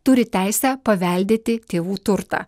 turi teisę paveldėti tėvų turtą